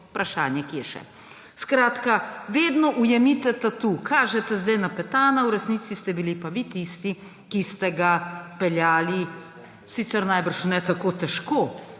vprašanje, kje še. Skratka, vedno: ujemite tatu. Kažete zdaj na Petana, v resnici ste bili pa vi tisti, ki ste ga peljali, sicer najbrž ne tako težko,